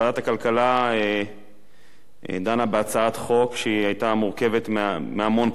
ועדת הכלכלה דנה בהצעת חוק שהיתה מורכבת מהמון בחינות.